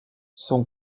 son